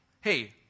hey